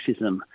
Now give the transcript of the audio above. racism